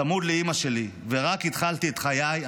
צמוד לאימא שלי, ורק התחלתי את חיי.